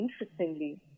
interestingly